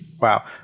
Wow